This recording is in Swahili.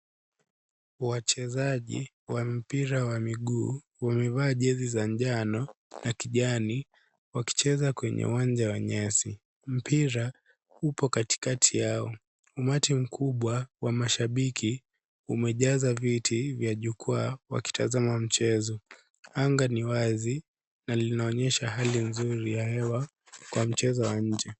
Wachezaji wa mpira wa miguu wamevaa jezi za njano na kijani wakicheza kwenye uwanja wa nyasi. Mpira upo katikati yao. Umati mkubwa wa mashabiki umejaza viti vya jukwaa wakitaza mchezo. Anga ni wazi na linaonyesha hali nzuri ya hewa kwa mchezo wa nje.